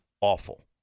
awful